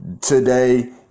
today